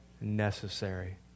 necessary